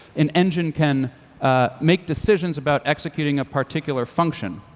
an engine can make decisions about executing a particular function